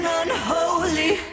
unholy